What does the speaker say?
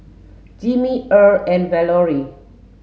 Jimmie Erle and Valorie